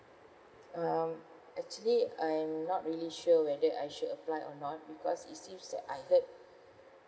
um actually I'm not really sure whether I should apply or not because it seems that I've heard